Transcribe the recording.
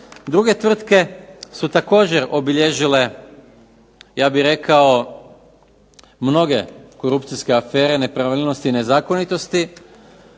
Druge tvrtke su također obilježile, ja bih rekao, mnoge korupcijske afere, nepravilnosti, nezakonitosti.